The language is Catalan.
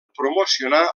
promocionar